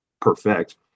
perfect